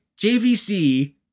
JVC